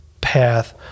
path